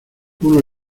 uno